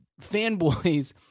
fanboys